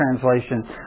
translation